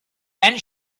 and